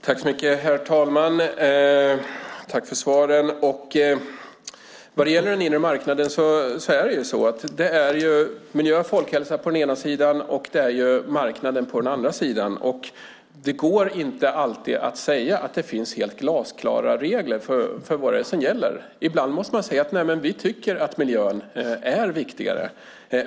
Herr talman! Tack för svaren, miljöministern! Vad gäller den inre marknaden är det är miljö och folkhälsa på den ena sidan och marknaden på den andra sidan. Det går inte alltid att säga att det finns helt glasklara regler för vad det är som gäller. Ibland måste man säga att vi tycker att miljön är viktigare.